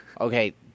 okay